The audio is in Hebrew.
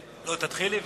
תתחילי,